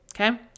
Okay